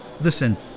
Listen